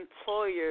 employers